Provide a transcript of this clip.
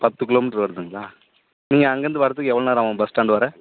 பத்துக் கிலோமீட்டர் வருதுங்களா நீங்கள் அங்கேருந்து வர்றதுக்கு எவ்வளோ நேரம் ஆகும் பஸ் ஸ்டாண்டு வர